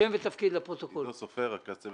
למה העניין חשוב